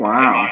Wow